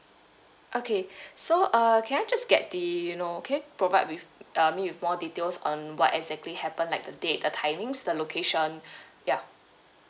okay so uh can I just get the you know can you provide with uh me with more details on what exactly happened like the date the timings the location ya